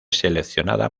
seleccionada